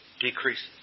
decreases